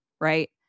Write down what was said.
Right